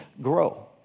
grow